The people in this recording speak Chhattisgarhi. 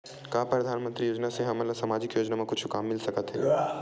का परधानमंतरी योजना से हमन ला सामजिक योजना मा कुछु काम मिल सकत हे?